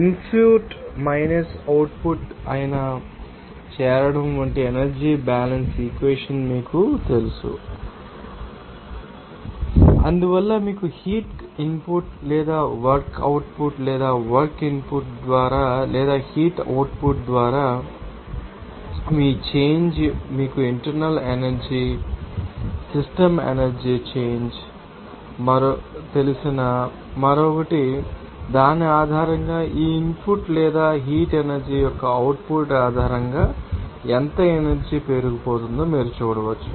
input minus output అయిన చేరడం వంటి ఎనర్జీ బ్యాలెన్స్ ఈక్వెషన్ మీకు తెలుసు అని మేము కలిగి ఉన్నాము మరియు అందువల్ల మీకు హీట్ ఇన్పుట్ లేదా వర్క్ అవుట్పుట్ లేదా వర్క్ ఇన్పుట్ ద్వారా లేదా హీట్ అవుట్పుట్ ద్వారా తెలుసు మీ చేంజ్ మీకు ఇంటర్నల్ ఎనర్జీ తెలుసు మరియు సిస్టమ్ ఎనర్జీ చేంజ్ మీకు తెలిసిన మరొకటి మీకు తెలుసు మరియు దాని ఆధారంగా ఈ ఇన్పుట్ లేదా హీట్ ఎనర్జీ యొక్క అవుట్పుట్ ఆధారంగా ఎంత ఎనర్జీ పేరుకుపోతుందో మీరు చూడవచ్చు